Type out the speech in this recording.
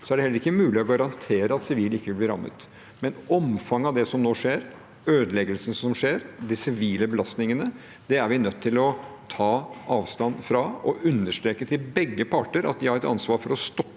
er det heller ikke mulig å garantere at sivile ikke vil bli rammet. Men omfanget av det som nå skjer, ødeleggelsen som skjer, og de sivile belastningene, er vi nødt til å ta avstand fra, og understreke overfor begge parter at de har et ansvar for å stoppe